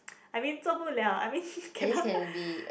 I mean 做不了 I mean cannot